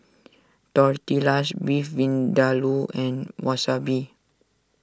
Tortillas Beef Vindaloo and Wasabi